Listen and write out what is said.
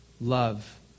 love